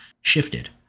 shifted